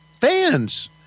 fans